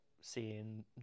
seeing